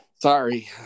Sorry